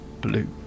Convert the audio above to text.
blue